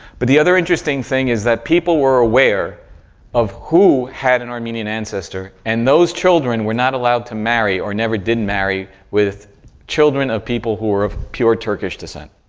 but the other interesting thing is that people were aware of who had an armenian ancestor and those children were not allowed to marry, or never did marry with children of people who were of pure turkish descent.